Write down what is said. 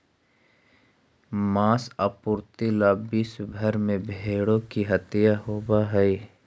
माँस आपूर्ति ला विश्व भर में भेंड़ों की हत्या होवअ हई